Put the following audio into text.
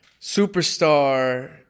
superstar